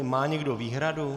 Má někdo výhradu?